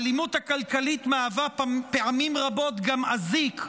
פעמים רבות האלימות כלכלית מהווה גם אזיק,